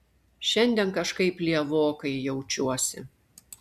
šiandien kažkaip lievokai jaučiuosi